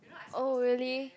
oh really